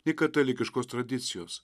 nei katalikiškos tradicijos